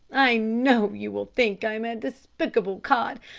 i know you will think i am a despicable cad,